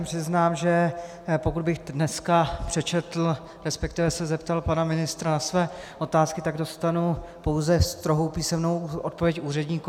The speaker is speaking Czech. Přiznám se, že pokud bych dnes přečetl, resp. se zeptal pana ministra na své otázky, tak dostanu pouze strohou písemnou odpověď úředníků.